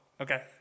Okay